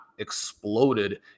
exploded